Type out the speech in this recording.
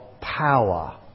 power